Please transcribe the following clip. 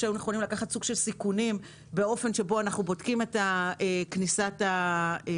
שהיו נכונים לקחת סיכונים באופן שבו אנחנו בודקים את כניסת המוצרים.